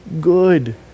good